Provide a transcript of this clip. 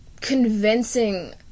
convincing